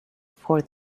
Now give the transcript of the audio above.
for